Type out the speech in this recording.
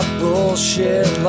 bullshit